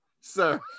sir